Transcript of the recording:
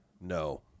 No